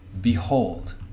behold